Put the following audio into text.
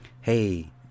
Hey